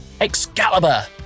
Excalibur